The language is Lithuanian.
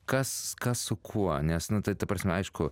kas kas su kuo nes nu tai ta prasme aišku